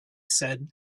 said